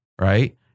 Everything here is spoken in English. right